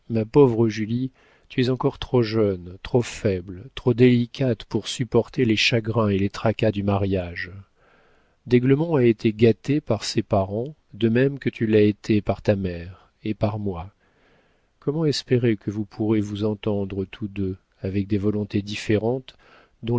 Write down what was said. pauvre julie tu es encore trop jeune trop faible trop délicate pour supporter les chagrins et les tracas du mariage d'aiglemont a été gâté par ses parents de même que tu l'as été par ta mère et par moi comment espérer que vous pourrez vous entendre tous deux avec des volontés différentes